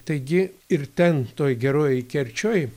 taigi ir ten toj gerojoj kerčioj